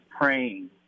praying